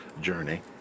journey